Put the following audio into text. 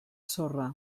sorra